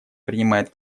принимает